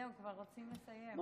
זהו, כבר רוצים לסיים.